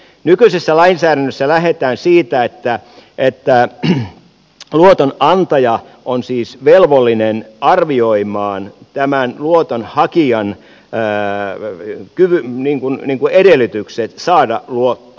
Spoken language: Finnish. nykyisessä lainsäädännössä lähdetään siitä että luotonantaja on siis velvollinen arvioimaan tämän luotonhakijan räävä ja kylmä niinku niinku edellytykset saada luottoa